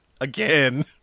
Again